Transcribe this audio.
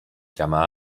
chiama